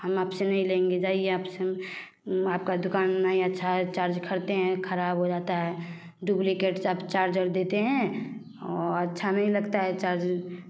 हम आप से नहीं लेंगे जाइए आप से हम आपका दुकान नहीं अच्छा है चार्ज ख़रीदते है ख़राब हो जाता है डुब्लीकेट आप चार्जर देते हैं और अच्छा नहीं लगता है चार्जर